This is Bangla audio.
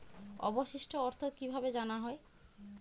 অবশিষ্ট অর্থ কিভাবে জানা হয়?